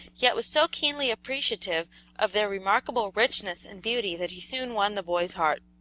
yet was so keenly appreciative of their remarkable richness and beauty that he soon won the boy's heart.